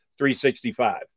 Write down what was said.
365